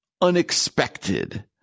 unexpected